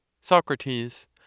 Socrates